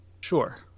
Sure